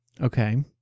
Okay